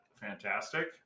fantastic